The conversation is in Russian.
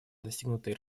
достигнутые